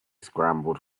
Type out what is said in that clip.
scrambled